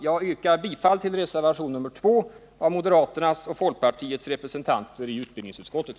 Jag yrkar bifall till reservationen 2 av moderaternas och folkpartiets representanter i utbildningsutskottet.